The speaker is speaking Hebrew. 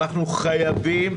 אנחנו חייבים,